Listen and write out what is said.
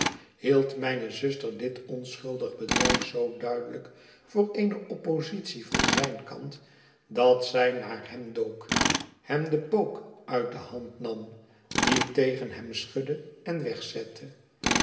hield mijne zuster dit onschuldig bedrijf zoo duidelijk voor eene oppositie van zijn kant dat zij naar hem dook hem den pook uit de hand nam dien tegen hem schudde en wegzette